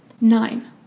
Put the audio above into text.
Nine